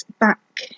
back